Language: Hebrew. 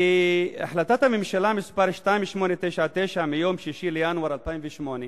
בהחלטת הממשלה מס' 2899 מיום 6 בינואר 2008,